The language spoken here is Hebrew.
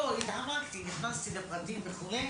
נכנסתי לפרטים וכו',